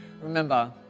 Remember